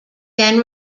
then